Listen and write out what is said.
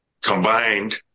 combined